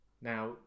Now